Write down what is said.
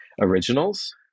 originals